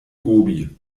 gobi